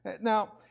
Now